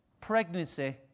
pregnancy